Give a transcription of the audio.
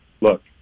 look